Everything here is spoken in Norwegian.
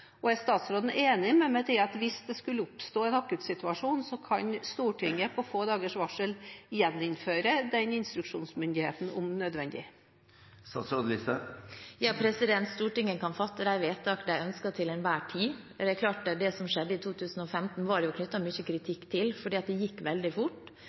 utlendingssaker? Er statsråden enig med meg i at hvis det skulle oppstå en akutt situasjon, kan Stortinget på få dagers varsel gjeninnføre den instruksjonsmyndigheten, om nødvendig? Stortinget kan til enhver tid fatte de vedtak de ønsker. Det som skjedde i 2015, var det knyttet mye kritikk til, fordi det gikk veldig fort.